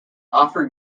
offer